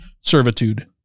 servitude